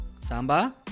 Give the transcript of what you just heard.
Samba